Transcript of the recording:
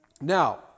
Now